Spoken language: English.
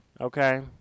Okay